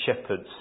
shepherds